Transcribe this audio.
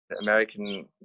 American